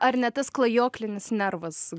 ar ne tas klajoklinis nervas